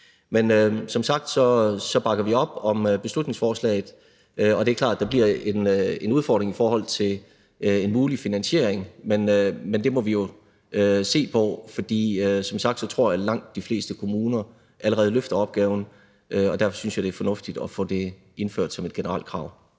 Men som sagt bakker vi op om beslutningsforslaget. Det er klart, at der bliver en udfordring i forhold til en mulig finansiering, men det må vi jo se på. Og som sagt tror jeg, at langt de fleste kommuner allerede løfter opgaven, og derfor synes jeg, at det er fornuftigt at få det indført som et generelt krav.